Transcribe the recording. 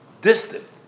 distant